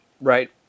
Right